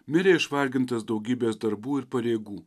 mirė išvargintas daugybės darbų ir pareigų